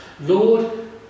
Lord